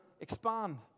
expand